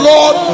Lord